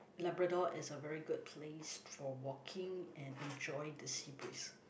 Labrador is a very good place for walking and enjoying the sea breeze